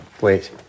Wait